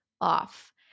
off